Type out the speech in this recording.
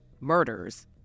murders